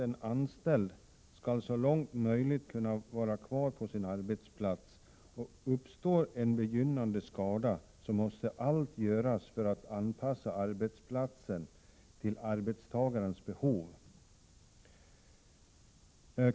En anställd måste så långt möjligt kunna vara kvar på sin arbetsplats, och uppstår en begynnande skada måste allt göras för att anpassa arbetsplatsen till arbetstagarens behov.